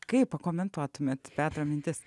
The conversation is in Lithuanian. kaip pakomentuotumėte petro mintis